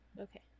Okay